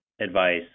advice